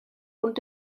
und